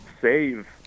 save